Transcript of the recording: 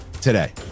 today